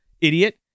Idiot